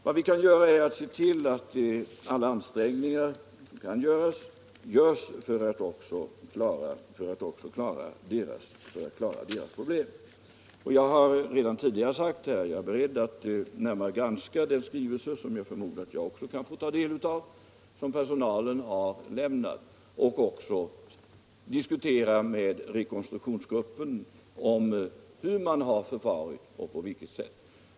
Vad vi kan göra är att se till att alla ansträngningar som kan göras görs för att lösa också deras problem. Jag har redan tidigare sagt att Jag är beredd att närmare granska den skrivelse — jag förmodar att också - Jag kan få ta del av den - som personalen har lämnat och att med re konstruktionsgruppen diskutera hur man har förfarit.